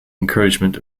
encouragement